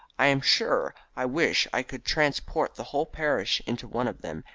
i am sure i wish i could transport the whole parish into one of them,